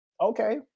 okay